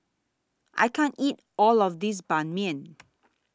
I can't eat All of This Ban Mian